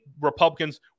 Republicans